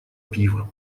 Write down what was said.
пива